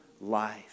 life